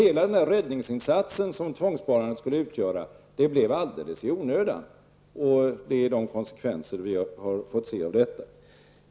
Hela den räddningsinsats som tvångssparandet skulle utgöra var alltså alldels i onödan, och vi har också fått se konsekvenserna av detta.